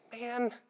man